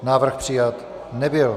Návrh přijat nebyl.